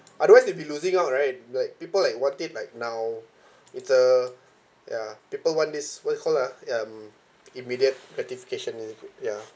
otherwise they'll be losing out right like people like want it like now with the ya people want this what you call that uh mm immediate notification is it ya